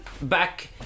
back